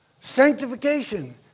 Sanctification